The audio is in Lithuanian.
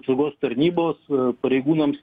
apsaugos tarnybos pareigūnams